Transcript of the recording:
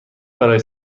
برای